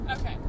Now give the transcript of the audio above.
Okay